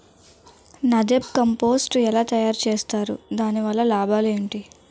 NADEP compost ఎలా తయారు చేస్తారు? దాని వల్ల లాభాలు ఏంటి?